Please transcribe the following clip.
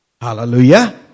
Hallelujah